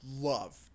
love